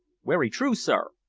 werry true, sir,